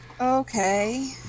Okay